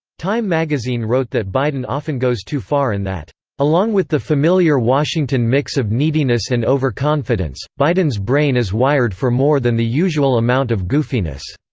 time magazine wrote that biden often goes too far and that along with the familiar washington mix of neediness and overconfidence, biden's brain is wired for more than the usual amount of goofiness.